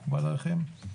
מקובל עליכם?